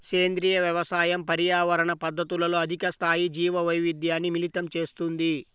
సేంద్రీయ వ్యవసాయం పర్యావరణ పద్ధతులతో అధిక స్థాయి జీవవైవిధ్యాన్ని మిళితం చేస్తుంది